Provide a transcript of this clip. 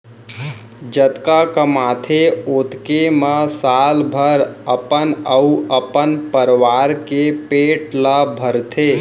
जतका कमाथे ओतके म साल भर अपन अउ अपन परवार के पेट ल भरथे